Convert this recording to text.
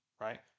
right